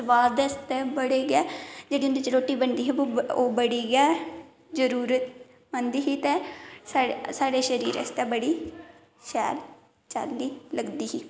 सुआद आस्तै बडे गै जिंदे च रोटी बनदी ही ओह् बड़ी गै जरुरत बनदी ही ते साढ़े शरीर आस्तै बड़ी शैल चाल्ली लगदी ही